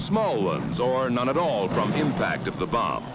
small arms or none at all from the impact of the bomb